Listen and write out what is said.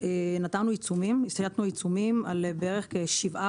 מה הסדר גודל של קנס על חברה כזו,